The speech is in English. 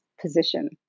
position